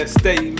stay